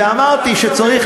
שעת חירום,